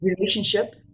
relationship